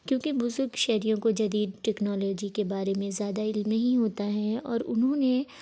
کیونکہ بزرگ شہریوں کو جدید ٹیکنالوجی کے بارے میں زیادہ علم نہیں ہوتا ہے اور انہوں نے